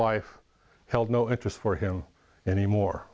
life held no interest for him anymore